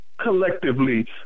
collectively